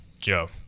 Joe